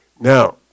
Now